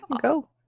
Go